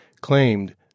claimed